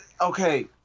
okay—